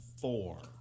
four